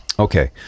Okay